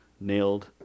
nailed